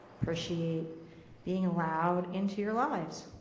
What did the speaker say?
appreciate being allowed into your lives.